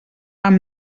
amb